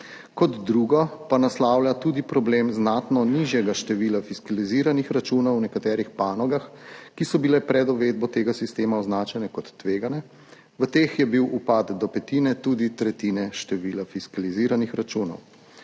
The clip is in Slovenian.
Kot drugo pa naslavlja tudi problem znatno nižjega števila fiskaliziranih računov v nekaterih panogah, ki so bile pred uvedbo tega sistema označene kot tvegane, v teh je bil upad do petine, tudi tretjine števila fiskaliziranih računov.